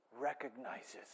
recognizes